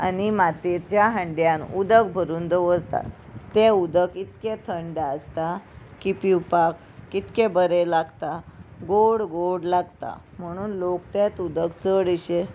आनी मातेच्या हांड्यान उदक भरून दवरता तें उदक इतके थंड आसता की पिवपाक कितके बरें लागता गोड गोड लागता म्हणून लोक त्या उदक चडशे